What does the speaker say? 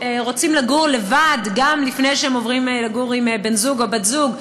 שרוצים לגור לבד לפני שהם עוברים לגור עם בן זוג או בת זוג,